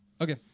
Okay